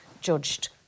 judged